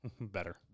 Better